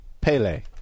Pele